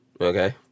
okay